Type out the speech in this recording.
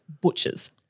butchers